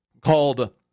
called